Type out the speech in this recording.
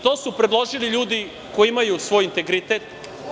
To su predložili ljudi koji imaju svoj integritet.